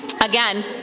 Again